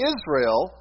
Israel